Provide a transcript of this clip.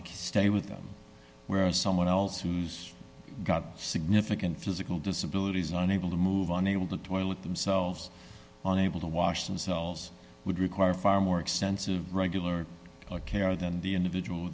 to stay with them whereas someone else who's got significant physical disability unable to move on able to toilet themselves on able to wash themselves would require far more extensive regular care than the individual